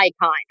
icon